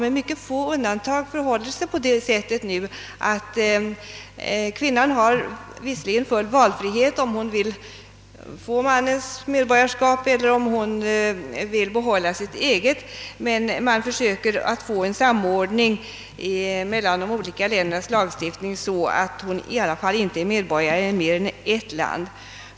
Med mycket få undantag förhåller det sig också nu på det sättet att kvinnan har full frihet att välja om hon vill anta mannens medborgarskap eller behålla sitt eget. Man försöker även få till stånd en samordning mellan de olika ländernas lagstiftping så att hon inte skulle vara medborgare i mer än ett land.